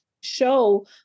show